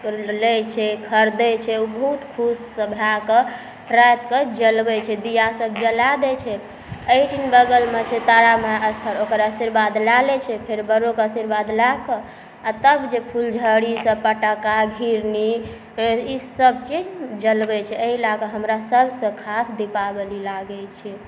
लै छै खरिदै छै ओ बहुत खुशसँ भऽ कऽ रातिके जलबै छै दीया सब जला दै छै अहिठिन बगलमे छै तारा माइ अस्थल ओकर अशीरबाद लै लै छै फेर बड़ोके अशीरबाद आओर तब जे फुलझड़ीसब पटाखा घिरनी ईसब चीज जलबै छै एहि लऽ कऽ हमरा सबसँ खास दीपावली लागै छै